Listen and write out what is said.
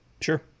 sure